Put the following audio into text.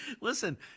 Listen